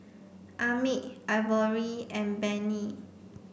Emmitt Ivory and Benny